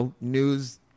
news